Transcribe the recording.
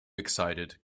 excited